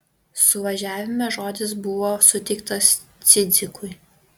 suvažiavime žodis buvo suteiktas cidzikui